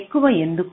ఎక్కువ ఎందుకు